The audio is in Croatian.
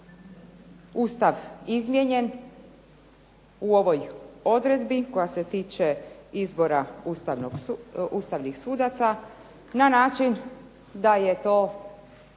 Ustav izmijenjen u ovoj odredbi koja se tiče izbora ustavnih sudaca na način da je to utvrđeno